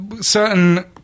certain